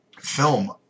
film